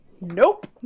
Nope